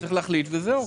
לא, רגע.